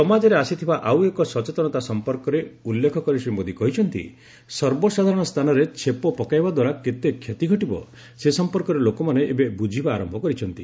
ସମାଜରେ ଆସିଥିବା ଆଉ ଏକ ସଚେତନତା ସମ୍ପର୍କରେ ଉଲ୍ଲେଖ କରି ଶ୍ରୀ ମୋଦି କହିଛନ୍ତି ସର୍ବସାଧାରଣ ସ୍ଥାନରେ ଛେପ ପକାଇବାଦ୍ୱାରା କେତେ କ୍ଷତି ଘଟିବ ସେ ସମ୍ପର୍କରେ ଲୋକମାନେ ଏବେ ବୁଝିବା ଆରମ୍ଭ କରିଛନ୍ତି